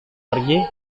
pergi